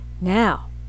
now